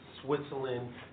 Switzerland